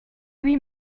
lui